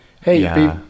Hey